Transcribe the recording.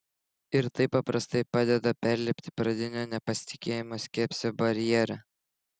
ir tai paprastai padeda perlipti pradinio nepasitikėjimo skepsio barjerą